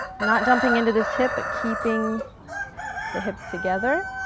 not dumping into this hip, but keeping the hips together.